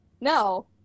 No